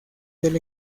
del